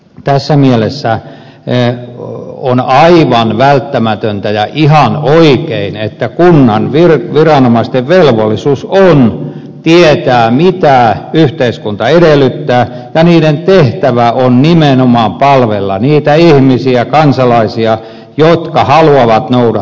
tässä mielessä on aivan välttämätöntä ja ihan oikein että kunnan viranomaisten velvollisuus on tietää mitä yhteiskunta edellyttää ja heidän tehtävänsä on nimenomaan palvella niitä ihmisiä kansalaisia jotka haluavat noudattaa lakia